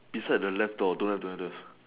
beside the laptop don't have don't have don't have